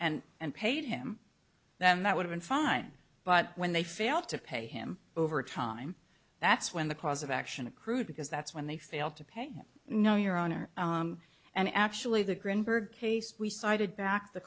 and and paid him then that would've been fine but when they failed to pay him over time that's when the cause of action accrued because that's when they failed to pay no your honor and actually the greenberg case we cited back t